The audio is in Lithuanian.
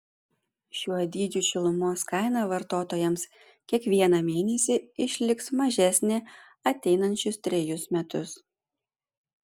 šiuo dydžiu šilumos kaina vartotojams kiekvieną mėnesį išliks mažesnė ateinančius trejus metus